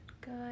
good